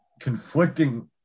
conflicting